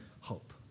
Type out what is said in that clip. hope